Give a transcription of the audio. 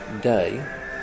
day